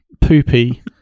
Poopy